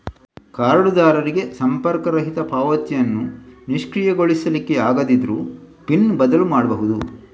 ಕಾರ್ಡುದಾರರಿಗೆ ಸಂಪರ್ಕರಹಿತ ಪಾವತಿಯನ್ನ ನಿಷ್ಕ್ರಿಯಗೊಳಿಸ್ಲಿಕ್ಕೆ ಆಗದಿದ್ರೂ ಪಿನ್ ಬದಲು ಮಾಡ್ಬಹುದು